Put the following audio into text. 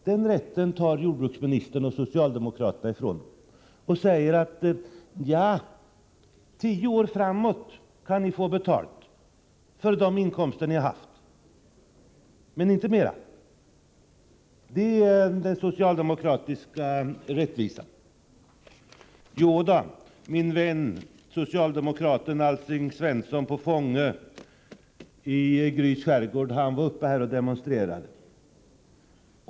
Den rätten tar jordbruksministern och socialdemokraterna ifrån skärgårdsbefolkningen och säger: Tio år framåt kan ni få betalt för de inkomster ni har haft, men inte mera. Det är den socialdemokratiska rättvisan. Jodå, min vän socialdemokraten Alsing Svenson på Fångö i Gryts skärgård var uppe i Stockholm och demonstrerade.